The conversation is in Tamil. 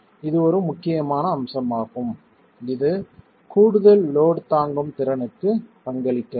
எனவே இது ஒரு முக்கியமான அம்சமாகும் இது கூடுதல் லோட் தாங்கும் திறனுக்கு பங்களிக்கிறது